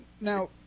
Now